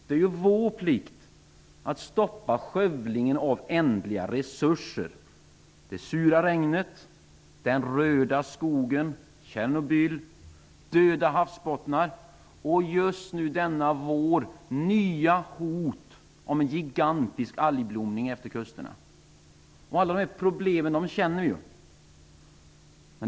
Det är vår plikt att stoppa skövlingen av ändliga resurser -- det sura regnet, den röda skogen, Tjernobyl, döda havsbottnar och nya hot om gigantisk algblomning utefter kusterna som är aktuell just denna vår. Alla dessa problem känner vi till.